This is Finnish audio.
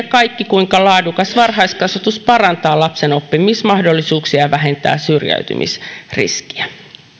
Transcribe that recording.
kaikki kuinka laadukas varhaiskasvatus parantaa lapsen oppimismahdollisuuksia ja vähentää syrjäytymisriskiä